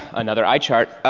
another eye chart.